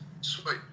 Sweet